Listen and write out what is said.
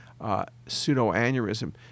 pseudoaneurysm